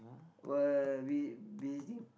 will be visiting